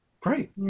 Great